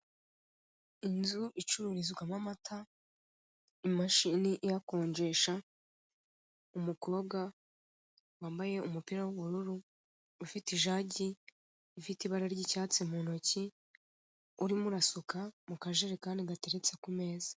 Inzu icururizwamo amata imashini iyakonjesha, umukobwa wambaye umupira w'ubururu, ufite ijagi ifite ibara ry'icyatsi mu ntoki urimo urasuka mu kajerekani gateretse ku meza.